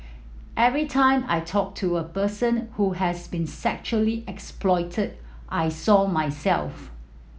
every time I talked to a person who has been sexually exploited I saw myself